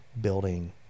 building